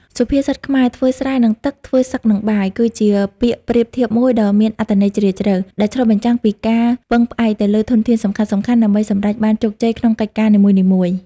សុភាសិតខ្មែរ ធ្វើស្រែនឹងទឹក ធ្វើសឹកនឹងបាយ គឺជាពាក្យប្រៀបធៀបមួយដ៏មានអត្ថន័យជ្រាលជ្រៅ ដែលឆ្លុះបញ្ចាំងពីការពឹងផ្អែកទៅលើធនធានសំខាន់ៗ ដើម្បីសម្រេចបានជោគជ័យក្នុងកិច្ចការនីមួយៗ។